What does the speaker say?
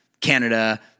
Canada